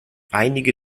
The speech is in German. einige